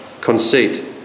conceit